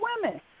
women